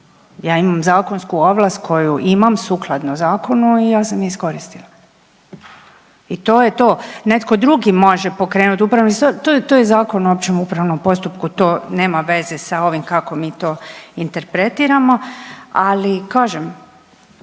Ja imam zakonsku ovlast koju imam sukladno zakonu i ja sam je iskoristila. I to je to. Netko drugi može pokrenuti upravni spor, to je Zakon o općem upravnom postupku, to nema veze sa ovim kako mi to interpretiramo, ali kažem,